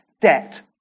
Debt